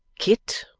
kit!